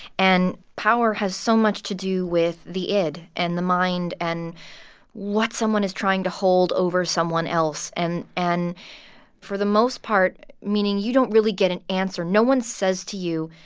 and power has so much to do with the id and the mind and what someone is trying to hold over someone else, and and for the most part, meaning, you don't really get an answer. no one says to you,